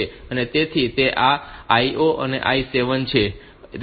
તેથી તે આ I 0 થી I 7 છે